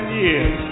years